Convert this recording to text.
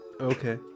Okay